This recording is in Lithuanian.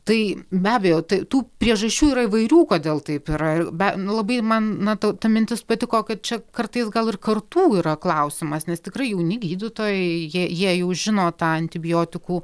tai be abejo tai tų priežasčių yra įvairių kodėl taip yra ir be nu labai man na ta ta mintis patiko kad čia kartais gal ir kartų yra klausimas nes tikrai jauni gydytojai jie jie jau žino tą antibiotikų